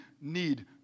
need